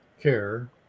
care